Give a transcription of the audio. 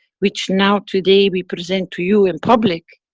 which now today we present to you in public,